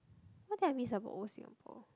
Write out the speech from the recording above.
what does it mean to have a old Singapore